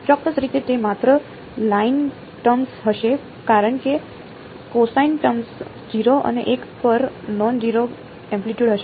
ચોક્કસ રીતે તે માત્ર સાઈન ટર્મ્સ હશે કારણ કે કોસાઈન ટર્મ્સમાં 0 અને l પર નોન જીરો એમ્પલિટયૂડ હશે